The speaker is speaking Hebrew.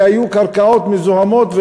שהיו קרקעות מזוהמות,